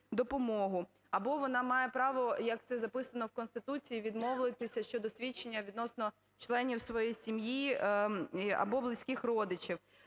або вона має право, як це записано в Конституції, відмовитися щодо свідчення відносно членів своєї сім'ї або близьких родичів.